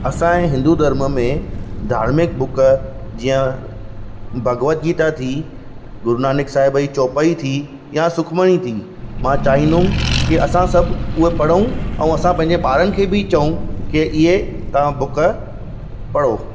असां जे हिंदू धर्म में धार्मिक बुक जीअं भगवत गीता थी गुरु नानक साहिब जी चोपाई थी या सुखमनी थी मां चाहींदुमि की असां सब उहो पड़ू ऐं असां पंहिंजे ॿारनि खे बि चऊं कि इहे तव्हां बुक पढ़ो